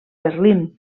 berlín